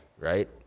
right